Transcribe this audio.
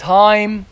time